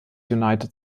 united